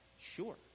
Sure